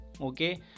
okay